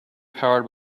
powered